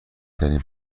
ترین